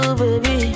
baby